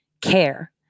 care